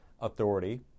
authority